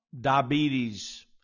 diabetes